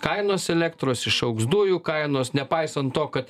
kainos elektros išaugs dujų kainos nepaisant to kad